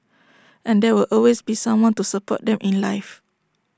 and there will always be someone to support them in life